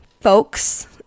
folks